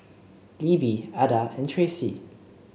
Libby Adda and Tracey